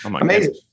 Amazing